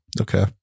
Okay